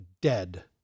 dead